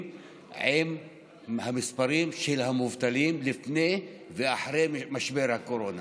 עם המספרים של המובטלים לפני ואחרי משבר הקורונה,